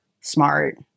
smart